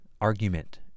argument